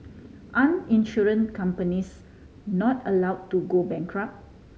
aren't insurance companies not allow to go bankrupt